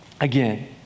again